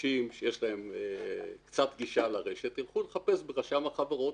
אנשים שיש להם קצת גישה לרשת ילכו לחפש ברשם החברות.